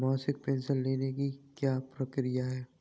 मासिक पेंशन लेने की क्या प्रक्रिया है?